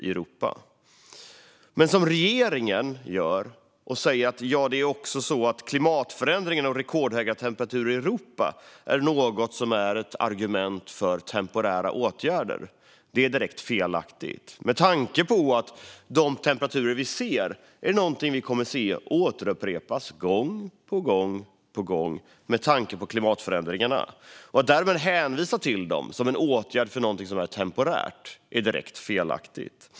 Men att som regeringen säga att rekordhöga temperaturer i Europa på grund av klimatförändringarna är ett argument för temporära åtgärder är direkt felaktigt. De temperaturer vi ser i dag kommer vi att se igen, gång på gång på gång, med tanke på klimatförändringen. Att hänvisa till det som grund för temporära åtgärder är därmed direkt felaktigt.